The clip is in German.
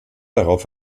darauf